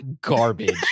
garbage